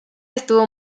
estuvo